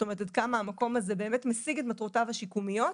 כלומר עד כמה המקום באמת משיג את מטרותיו השיקומיות,